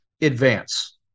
advance